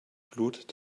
blut